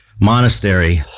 monastery